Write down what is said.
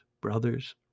brothers